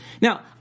now